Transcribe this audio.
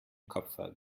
koffer